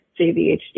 JVHD